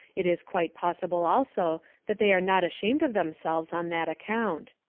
it is quite possible also that they are not ashamed of themselves on that account.